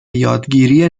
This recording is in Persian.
یادگیری